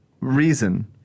reason